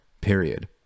Period